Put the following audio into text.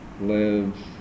lives